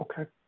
Okay